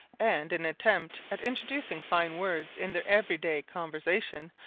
and an attempt at introducing fine words in their every-day conversation,